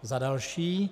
Za další.